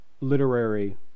literary